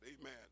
Amen